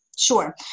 Sure